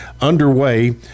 underway